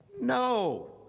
no